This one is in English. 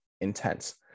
intense